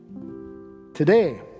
Today